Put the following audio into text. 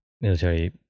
military